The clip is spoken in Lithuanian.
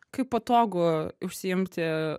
kaip patogu užsiimti